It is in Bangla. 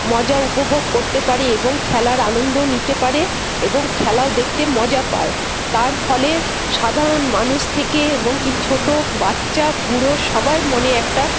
মজা উপভোগ করতে পারে এবং খেলার আনন্দও নিতে পারে এবং খেলাও দেখতে মজা পায় তার ফলে সাধারণ মানুষ থেকে এমনকি বাচ্চা বুড়ো সবার মনে একটা